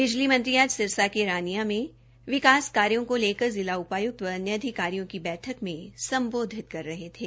बिजली मंत्री ऑज सिरसा के रानियां में विकास कार्यों को लेकर जिला उपायुक्त व अन्य अधिकारियों की बैठक में संबोधित कर रहे थे